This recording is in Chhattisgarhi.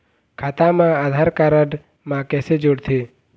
खाता मा आधार कारड मा कैसे जोड़थे?